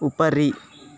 उपरि